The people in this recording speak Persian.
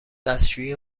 دستشویی